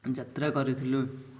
ଯାତ୍ରା କରିଥିଲୁ